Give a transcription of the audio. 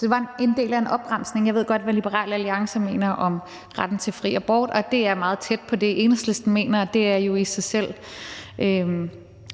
Det var en del af en opremsning. Jeg ved godt, hvad Liberal Alliance mener om retten til fri abort, og det er meget tæt på det, Enhedslisten mener, og det er jo i sig selv